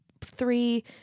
Three